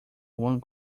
one